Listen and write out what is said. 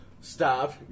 stop